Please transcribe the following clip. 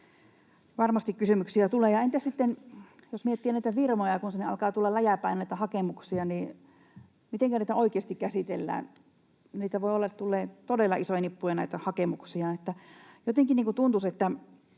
Varmasti kysymyksiä tulee. Entä sitten, jos miettii näitä firmoja, kun sinne alkaa tulla läjäpäin näitä hakemuksia, niin mitenkä niitä oikeasti käsitellään? Voi olla, että tulee todella isoja nippuja näitä hakemuksia. Jotenkin tuntuisi, että